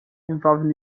involve